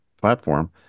platform